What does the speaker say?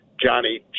Johnny